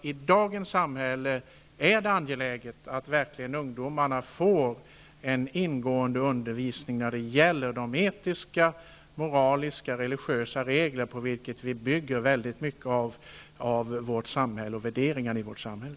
I dagens samhälle är det angeläget att ungdomarna verkligen får en ingående undervisning i de etiska, moraliska och religiösa regler på vilka vi bygger väldigt mycket av vårt samhälle och värderingarna i vårt samhälle.